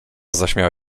zaśmiała